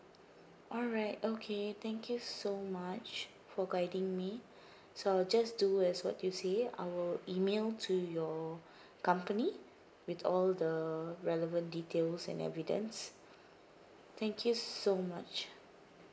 alright okay thank you so much for guiding me so I'll just do as what you say I will email to your company with all the relevant details and evidence thank you so much